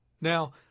Now